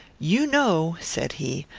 you know, said he,